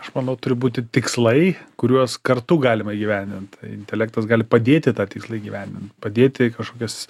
aš manau turi būti tikslai kuriuos kartu galima įgyvendint intelektas gali padėti tą tikslą įgyvendint padėti kažkokias